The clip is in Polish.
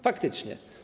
Faktycznie.